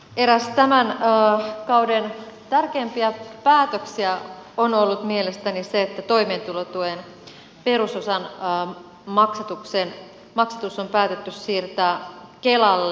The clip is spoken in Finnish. eräs tämän kauden tärkeimpiä päätöksiä on ollut mielestäni se että toimeentulotuen perusosan maksatus on päätetty siirtää kelalle